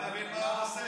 אז אתה מבין מה הוא עושה,